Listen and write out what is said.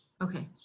Okay